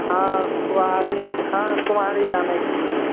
हँ खुवाड़ी हँ कुवाड़ी जानै छियै